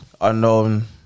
unknown